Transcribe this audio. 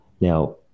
Now